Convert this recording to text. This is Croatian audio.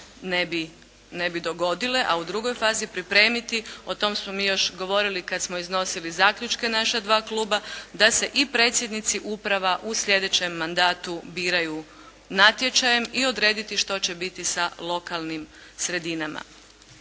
ne bi dogodile. A u drugoj fazi pripremiti, o tom smo mi još govorili kad smo iznosili zaključke naša dva kluba, da se i predsjednici uprava u sljedećem mandatu biraju natječajem i odrediti što će biti sa lokalnim sredinama.